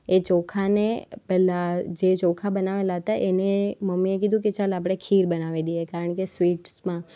એ ચોખાને પહેલાં જે ચોખા બનાવેલા હતા એને મમ્મીએ કીધું કે ચાલ આપણે ખીર બનાવી દઈએ કારણ કે સ્વિટ્સમાં